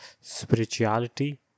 spirituality